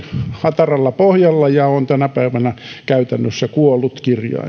hataralla pohjalla ja on tänä päivänä käytännössä kuollut kirjain